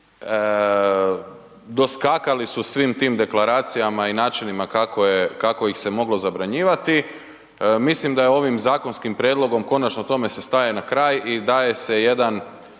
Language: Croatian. doskakali su svim tim deklaracijama i načinima kako ih se moglo zabranjivati, mislim da je ovim zakonskim prijedlogom konačno tome se staje na kraj i daje se jedan